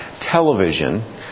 television